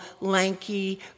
lanky